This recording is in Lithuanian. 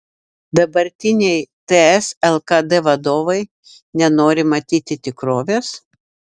dabartiniai ts lkd vadovai nenori matyti tikrovės